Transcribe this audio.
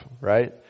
Right